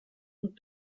und